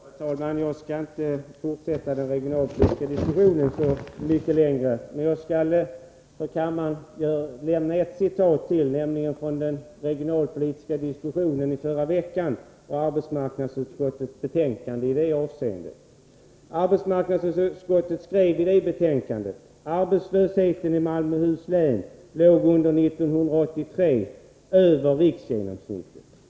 Herr talman! Jag skall inte fortsätta den regionalpolitiska diskussionen så mycket längre, men jag skall för kammaren läsa ett citat från arbetsmarknadsutskottets betänkande som behandlades i den regionalpolitiska diskussionen i förra veckan. I detta betänkande skrev arbetsmarknadsutskottet följande om Malmöhus län: ” Arbetslösheten i länet låg under år 1983 över riksgenomsnittet.